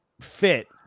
fit